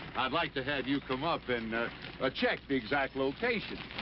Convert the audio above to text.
i'd like to have you come up and ah check the exact location.